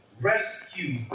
rescue